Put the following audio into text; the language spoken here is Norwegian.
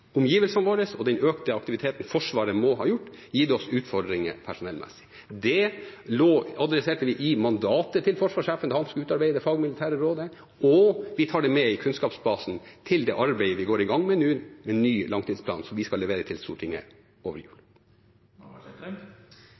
våre omgivelser og den økte aktiviteten Forsvaret må ha gjennomført, gitt oss utfordringer personellmessig. Det tok vi tak i i mandatet til forsvarssjefen da han skulle utarbeide fagmilitære råd, og vi tar det med i kunnskapsbasen til det arbeidet vi går i gang med i ny langtidsplan, som vi skal levere til Stortinget over